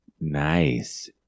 Nice